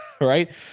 right